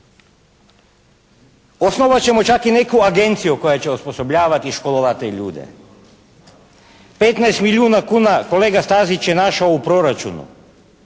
Osnovat ćemo čak i neku agenciju koja će osposobljavati i školovati te ljude. 15 milijuna kuna kolega Stazić je našao u proračunu.